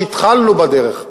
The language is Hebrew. והתחלנו בדרך,